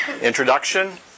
introduction